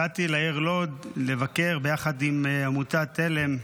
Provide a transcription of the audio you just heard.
הגעתי לעיר לוד לבקר ביחד עם עמותת עלם,